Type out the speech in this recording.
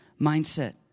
mindset